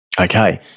Okay